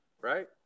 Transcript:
right